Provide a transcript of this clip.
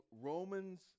Romans